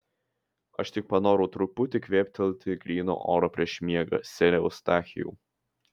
aš tik panorau truputį kvėptelti gryno oro prieš miegą sere eustachijau